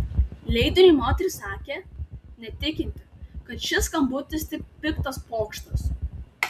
leidiniui moteris sakė netikinti kad šis skambutis tik piktas pokštas